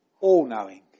all-knowing